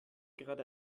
gerade